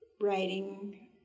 writing